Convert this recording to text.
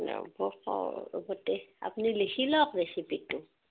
আ ৰ'ব দে আপুনি লিখি লওক ৰেচিপিটো